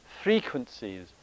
frequencies